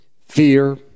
fear